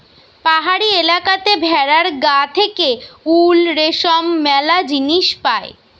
পাহাড়ি এলাকাতে ভেড়ার গা থেকে উল, রেশম ম্যালা জিনিস পায়